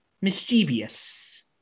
mischievous